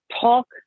talk